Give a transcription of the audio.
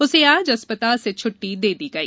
उसे आज अस्पताल से छुट्टी दी गई